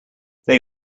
they